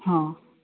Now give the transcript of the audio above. हा